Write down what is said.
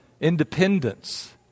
independence